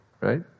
right